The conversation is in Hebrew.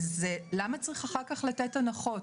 למה צריך אחר כך לתת הנחות?